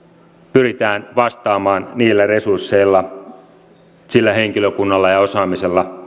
pyritään vastaamaan niillä resursseilla sillä henkilökunnalla ja osaamisella